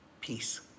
Peace